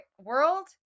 world